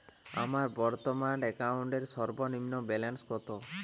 আমার বর্তমান অ্যাকাউন্টের সর্বনিম্ন ব্যালেন্স কত?